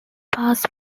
pass